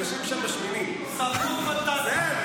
אנשים שם משמינים ------ ואכלו בטטה.